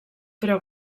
però